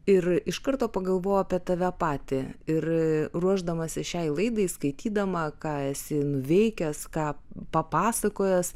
ir iš karto pagalvojau apie tave patį ir ruošdamasis šiai laidai skaitydama ką esi nuveikęs ką papasakojęs